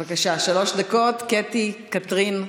בבקשה, שלוש דקות, קטי קטרין שטרית.